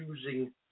using